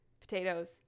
potatoes